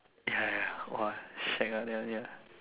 ya ya !wah! shag ah that one ya